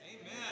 Amen